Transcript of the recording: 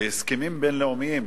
שהסכמים בין-לאומיים,